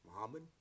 Muhammad